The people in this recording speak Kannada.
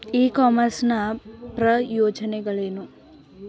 ಇ ಕಾಮರ್ಸ್ ನ ಪ್ರಯೋಜನಗಳೇನು?